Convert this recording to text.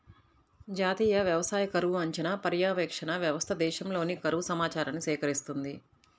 జాతీయ వ్యవసాయ కరువు అంచనా, పర్యవేక్షణ వ్యవస్థ దేశంలోని కరువు సమాచారాన్ని సేకరిస్తుంది